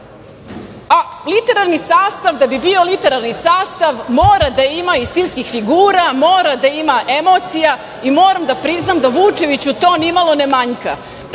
jedno. Literarni sastav da bi bio literarni sastav mora da ima i stilskih figura, mora da ima emocija. Moram da priznam da Vučeviću to ni malo ne manjka.